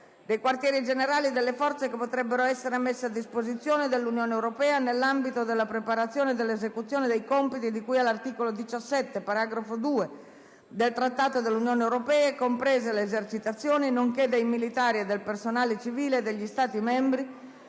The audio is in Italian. dei Quartieri generali, e delle Forze che potrebbero essere messi a disposizione dell'Unione europea nell'ambito della preparazione e dell'esecuzione dei compiti di cui all'articolo 17, paragrafo 2 del Trattato sull'Unione europea, comprese le esercitazioni, nonché dei militari e del personale civile degli Stati membri